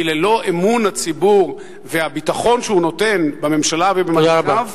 כי ללא אמון הציבור והביטחון שהוא נותן בממשלה ובמנהיגיו,